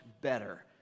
better